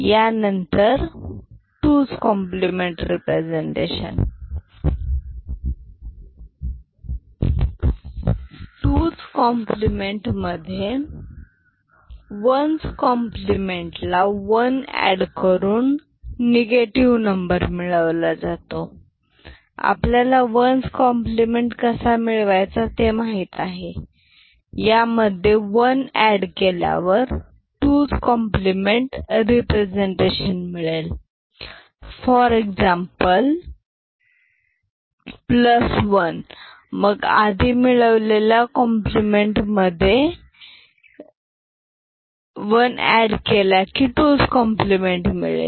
यानंतर 2s complement representation 2s complement मध्ये ones complement ला 1 ऍड करून निगेटिव्ह नंबर मिळवला जातो आपल्याला वन्स कॉम्प्लिमेंट कसा मिळवायचा ते माहित आहे त्यामध्ये वन एड केल्यावर 2s कॉम्प्लिमेंट रेप्रेसेंटेशन मिळेल फॉर एक्झाम्पल प्लस वन मग आधी मिळवलेल्या कॉम्प्लिमेंट मध्ये एड केला की 2s कॉम्प्लिमेंट मिळेल